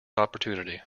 opportunity